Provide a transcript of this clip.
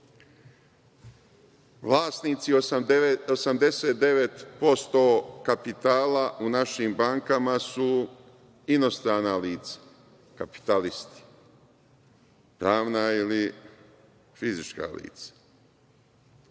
Vlasnici 89% kapitala u našim bankama su inostrana lica, kapitalisti, pravna ili fizička lica,